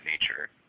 nature